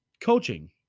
Coaching